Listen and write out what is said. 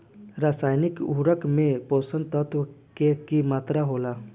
रसायनिक उर्वरक में पोषक तत्व के की मात्रा होला?